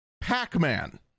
Pac-Man